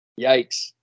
Yikes